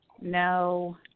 no